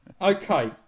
Okay